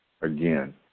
again